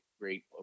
great